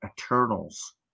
Eternals